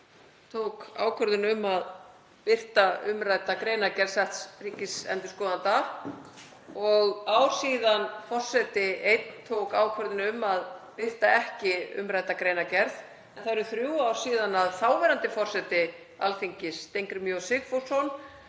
tók ákvörðun um að birta umrædda greinargerð setts ríkisendurskoðanda og ár síðan forseti einn tók ákvörðun um að birta ekki umrædda greinargerð. Það eru þrjú ár síðan þáverandi forseti Alþingis, Steingrímur J. Sigfússon,